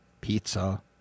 pizza